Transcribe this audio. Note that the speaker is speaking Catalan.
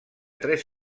tres